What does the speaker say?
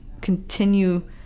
continue